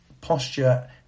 posture